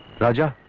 raja.